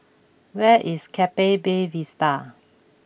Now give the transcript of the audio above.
where is Keppel Bay Vista